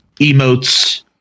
emotes